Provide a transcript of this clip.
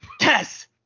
Yes